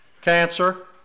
cancer